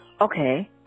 okay